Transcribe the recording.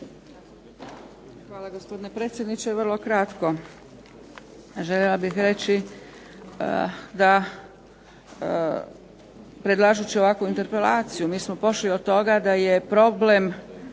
Hvala gospodine predsjedniče. Vrlo kratko. Željela bih reći da predlažući ovakvu interpelaciju mi smo pošli od toga da je problem